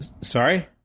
Sorry